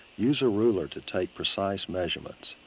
use a ruler to taper size measurements.